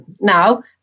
now